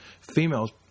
females